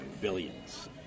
Billions